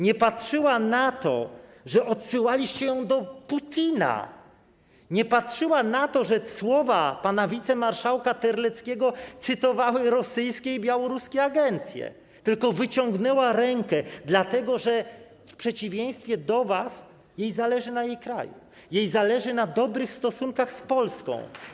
Nie patrzyła na to, że odsyłaliście ją do Putina, nie patrzyła na to, że słowa pana wicemarszałka Terleckiego cytowały rosyjskie i białoruskie agencje, tylko wyciągnęła rękę, dlatego że w przeciwieństwie do was jej zależy na jej kraju, jej zależy na dobrych stosunkach z Polską.